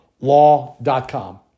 Law.com